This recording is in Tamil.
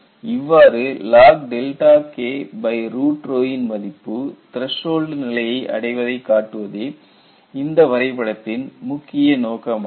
இவ்வாறு Log K1 ன் மதிப்பு த்ரசோல்டு நிலையை அடைவதை காட்டுவதே இந்த வரைபடத்தின் முக்கிய நோக்கமாகும்